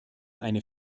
eine